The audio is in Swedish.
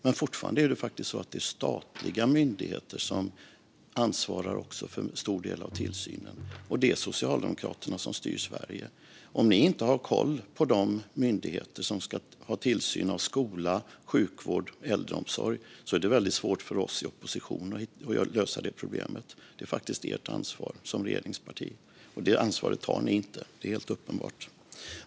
Men fortfarande är det faktiskt så att det är statliga myndigheter som ansvarar för en stor del av tillsynen, och det är Socialdemokraterna som styr Sverige. Om ni inte har koll på de myndigheter som ska ha tillsyn över skola, sjukvård och äldreomsorg är det väldigt svårt för oss i oppositionen att lösa det problemet. Det är faktiskt ert ansvar som regeringsparti, och det ansvaret tar ni inte. Det är helt uppenbart.